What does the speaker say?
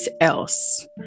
else